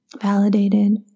validated